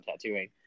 tattooing